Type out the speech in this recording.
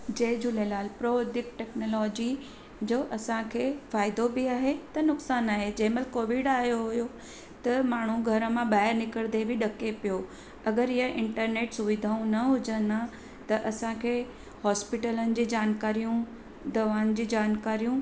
जय Jhulelal Pradeep technology जो असांखे फ़ाइदो बी आहे त नुक़सानु आहे जंहिं महिल कोविड आहियो हुओ त माण्हू घर मां ॿाहिरि निकिरंदे बि ॾके पियो अगरि इहे इंटरनेट सुविधाऊं न हुजनि आहे त असांखे हॉस्पिटलनि जी जानकारियूं दवाउनि जी जानकारियूं